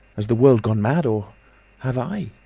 has the world gone mad or have i?